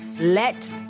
Let